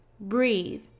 Breathe